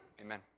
amen